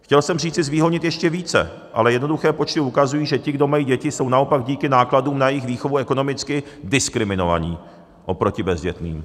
Chtěl jsem říci zvýhodnit ještě více, ale jednoduché počty ukazují, že ti, kdo mají děti, jsou naopak díky nákladům na jejich výchovu ekonomicky diskriminovaní oproti bezdětným.